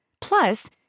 Plus